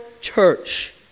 church